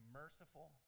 merciful